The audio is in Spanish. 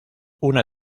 una